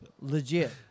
legit